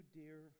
dear